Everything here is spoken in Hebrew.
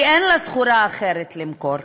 כי אין לה סחורה אחרת למכור,